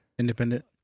independent